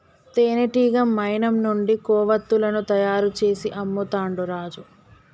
తేనెటీగ మైనం నుండి కొవ్వతులను తయారు చేసి అమ్ముతాండు రాజు